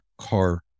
Car